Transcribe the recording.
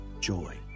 joy